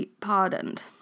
Pardoned